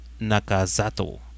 Nakazato